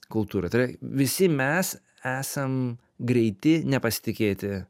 kultūroj tai yra visi mes esam greiti nepasitikėti